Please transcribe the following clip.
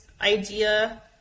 idea